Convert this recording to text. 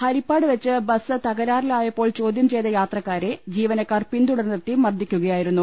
Hari പ്പാട് bus തകരാറിലായപ്പോൾ ചോദ്യം ചെയ്ത യാത്ര ക്കാരെ ജീവനക്കാർ പിന്തുടർന്നെത്തി മർദ്ദിക്കുകയാ യിരുന്നു